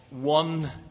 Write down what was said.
one